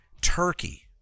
Turkey